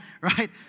right